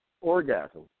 orgasm